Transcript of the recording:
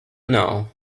now